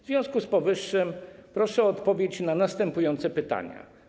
W związku z powyższym proszę o odpowiedź na następujące pytania.